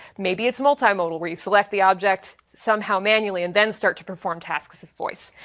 maybe it's multimodal, where you select the object somehow manually and then start to perform tasks of voice.